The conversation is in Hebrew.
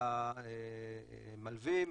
למלווים,